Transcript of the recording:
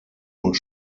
und